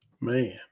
Man